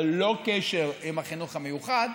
ללא קשר עם החינוך המיוחד,